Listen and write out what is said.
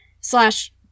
slash